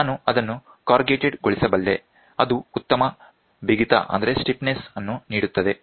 ನಾನು ಅದನ್ನು ಕಾರ್ರುಗೇಟೆಡ್ ಗೊಳಿಸಬಲ್ಲೆ ಅದು ಉತ್ತಮ ಬಿಗಿತವನ್ನು ನೀಡುತ್ತದೆ